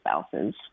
spouses